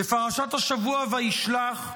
בפרשת השבוע, וישלח,